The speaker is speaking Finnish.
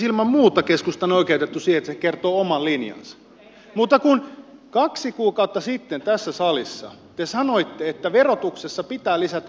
ilman muuta keskusta on oikeutettu siihen että se kertoo oman linjansa mutta kaksi kuukautta sitten tässä salissa te sanoitte että verotuksessa pitää lisätä oikeudenmukaisuutta